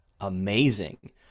amazing